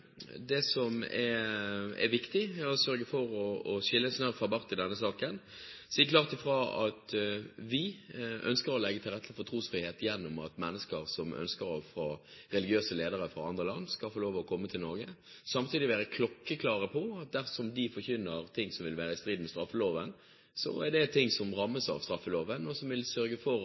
at det som er viktig, er å sørge for å skille snørr og bart i denne saken, og si klart fra at vi ønsker å legge til rette for trosfrihet gjennom at mennesker som ønsker å få religiøse ledere fra andre land, skal få lov til å komme til Norge. Samtidig må vi være klokkeklare på at dersom de forkynner ting som vil være i strid med straffeloven, er det ting som rammes av straffeloven, og som vil sørge for